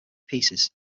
pieces